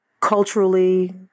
culturally